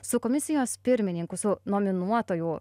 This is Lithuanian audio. su komisijos pirmininku su nominuotųjų